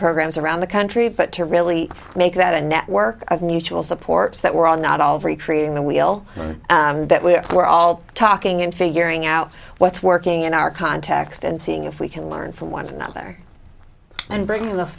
programs around the country but to really make that a network of mutual supports that we're not all recreating the wheel that we were all talking and figuring out what's working in our context and seeing if we can learn from one another and bring the